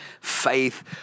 faith